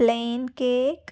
plain cake